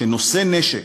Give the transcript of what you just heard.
שנושא נשק,